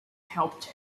helped